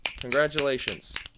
Congratulations